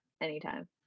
anytime